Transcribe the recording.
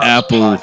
Apple